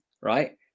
right